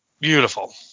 beautiful